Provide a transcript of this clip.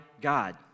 God